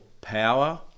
power